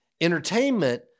Entertainment